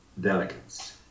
delegates